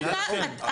למה לא?